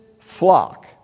flock